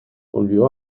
volvió